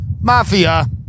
Mafia